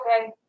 Okay